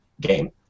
game